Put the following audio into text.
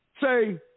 say